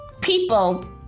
people